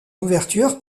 ouverture